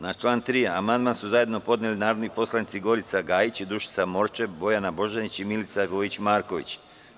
Na član 3. amandman zajedno su podneli narodni poslanici: Gorica Gajić, Dušica Morčev, Bojana Božanić i Milica Vojić Marković.